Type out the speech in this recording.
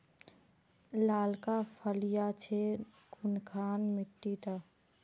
लालका फलिया छै कुनखान मिट्टी त?